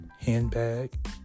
handbag